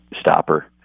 stopper